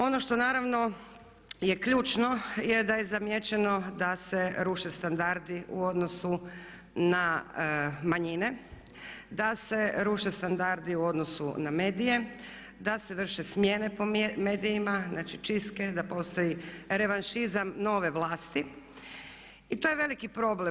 Ono što naravno je ključno je da je zamijećeno da se ruše standardi u odnosu na manjine, da se ruše standardi u odnosu na medije, da se vrše smjene po medijima, znači čiske, da postoji revanšizam nove vlasti i to je veliki problem.